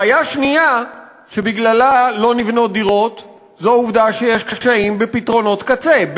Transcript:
בעיה שנייה שבגללה לא נבנות דירות היא העובדה שיש קשיים בפתרונות קצה,